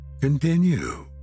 continue